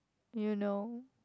you know